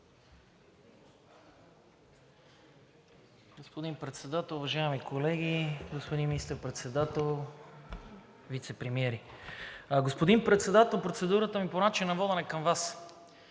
Господин Председател, уважаеми колеги, господин Министър-председател, вицепремиери! Господин Председател, процедурата ми е по начина на водене към Вас.